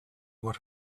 what